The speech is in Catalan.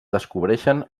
descobreixen